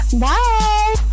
bye